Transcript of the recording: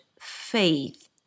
faith